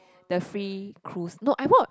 the free cruise no I bought